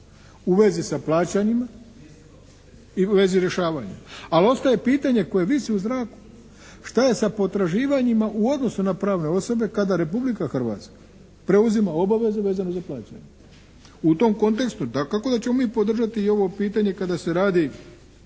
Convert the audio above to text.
u vezi sa plaćanjima i u vezi rješavanja, ali ostaje pitanje koje visi u zraku, šta je sa potraživanjima u odnosu na pravne osobe kada Republika Hrvatska preuzima obavezu vezano za plaćanje. U tom kontekstu dakako da ćemo mi podržati i ovo pitanje kada se radi